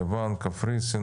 יוון וקפריסין,